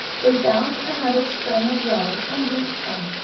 they found another spring of water, and drank some.